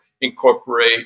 incorporate